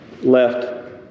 left